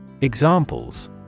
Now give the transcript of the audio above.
Examples